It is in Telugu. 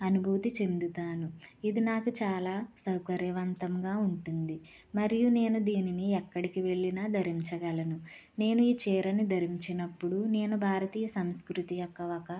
అనుభూతి చెందుతాను ఇది నాకు చాలా సౌకర్యవంతంగా ఉంటుంది మరియు నేను దీనిని ఎక్కడికి వెళ్ళినా ధరించగలను నేను ఈ చీరను ధరించినప్పుడు నేను భారతీయ సంస్కృతి యొక్క ఒక